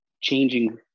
changing-